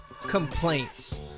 complaints